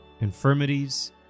infirmities